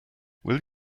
will